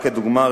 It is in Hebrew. רק כדוגמה,